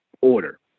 order